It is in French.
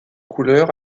couleurs